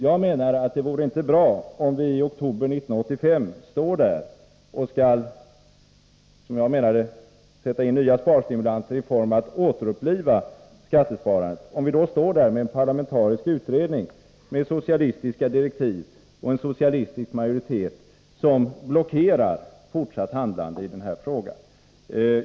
Jag menar att det vore inte bra om vi i oktober 1985, när vi skall sätta in nya sparstimulanser genom att återuppliva skattesparandet, står där med en parlamentarisk skatteutredning med socialistiska direktiv och med en socialistisk majoritet som blockerar fortsatt handlande i den här frågan.